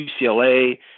UCLA